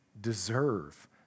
deserve